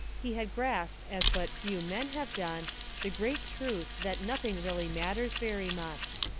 he had grasped as but few men have done the great truth that nothing really matters very much.